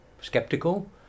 skeptical